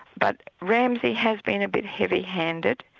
but ramsi has been a bit heavy-handed.